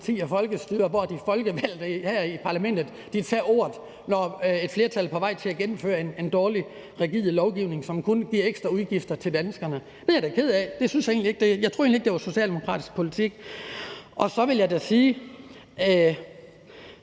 og folkestyret, hvor de folkevalgte her i parlamentet tager ordet, når et flertal er på vej til at gennemføre en dårlig, rigid lovgivning, som kun giver ekstra udgifter til danskerne. Det er jeg da ked af; jeg troede egentlig ikke, det var socialdemokratisk politik. Så hørte jeg også